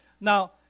Now